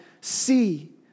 see